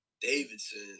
Davidson